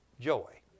joy